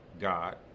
god